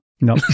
no